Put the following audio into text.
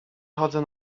chodzę